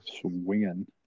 swinging